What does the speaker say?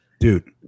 Dude